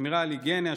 שמירה על היגיינה,